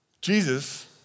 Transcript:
Jesus